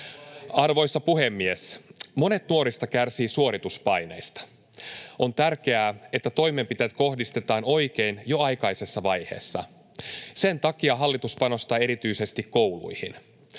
Arvoisa puhemies! Monet nuorista kärsivät suorituspaineista. On tärkeää, että toimenpiteet kohdistetaan oikein jo aikaisessa vaiheessa. Sen takia hallitus panostaa erityisesti kouluihin.